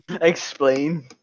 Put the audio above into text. Explain